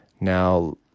Now